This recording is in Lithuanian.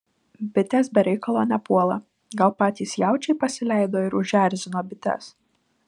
bitės be reikalo nepuola gal patys jaučiai pasileido ir užerzino bites